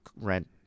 rent